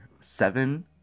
seven